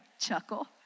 chuckle